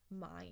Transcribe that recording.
Mind